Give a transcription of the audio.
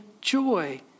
joy